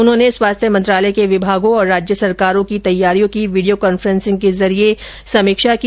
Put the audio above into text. उन्होंने स्वास्थ्य मंत्रालय के विभागों और राज्य सरकारों की तैयारियों की वीडियो कांफ्रेंसिंग के जरिए समीक्षा की